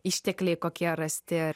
ištekliai kokie rasti ar